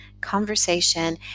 conversation